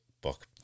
Book